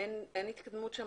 אין התקדמות שם